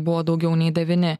buvo daugiau nei devyni